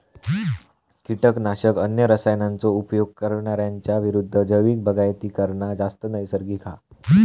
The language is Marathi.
किटकनाशक, अन्य रसायनांचो उपयोग करणार्यांच्या विरुद्ध जैविक बागायती करना जास्त नैसर्गिक हा